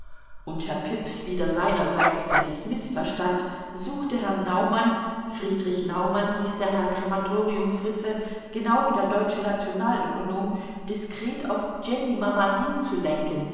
und herr pips wieder seinerseits der dies mißverstand suchte herrn naumann friedrich naumann hieß der herr krematoriumfritze genau wie der deutsche nationalökonom diskret auf jennymama hinzulenken